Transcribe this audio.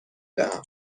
دهم